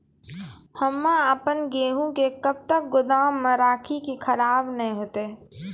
हम्मे आपन गेहूँ के कब तक गोदाम मे राखी कि खराब न हते?